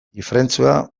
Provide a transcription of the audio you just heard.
ifrentzua